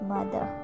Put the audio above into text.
Mother